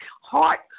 heart